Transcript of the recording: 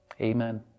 Amen